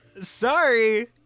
sorry